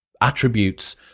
attributes